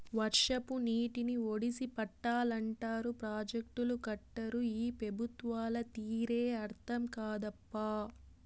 వర్షపు నీటిని ఒడిసి పట్టాలంటారు ప్రాజెక్టులు కట్టరు ఈ పెబుత్వాల తీరే అర్థం కాదప్పా